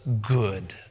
good